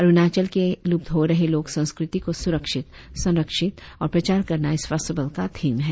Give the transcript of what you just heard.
अरुणाचल के लुप्त हो रहे लोक संस्कृति को सुरक्षित संरक्षित और प्रचार करना इस फेस्टिवल का थीम है